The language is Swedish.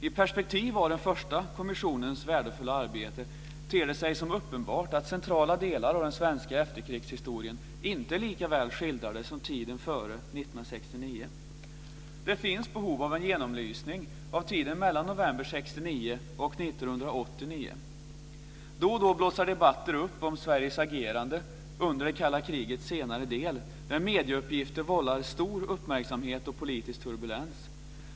I perspektiv av den första kommissionens värdefulla arbete ter det sig som uppenbart att centrala delar av den svenska efterkrigshistorien inte är lika väl skildrade som tiden före 1969. Det finns behov av en genomlysning av tiden mellan november 1969 och 1989. Då och då blossar debatter upp om Sveriges agerande under det kalla krigets senare del, där medieuppgifter vållar stor uppmärksamhet och politisk turbulens.